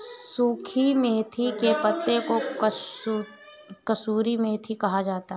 सुखी मेथी के पत्तों को कसूरी मेथी कहा जाता है